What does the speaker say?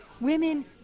Women